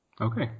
Okay